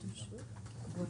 21,